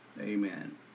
Amen